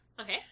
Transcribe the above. Okay